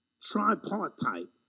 tripartite